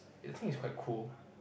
I thinks it's quite cool